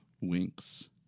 Winks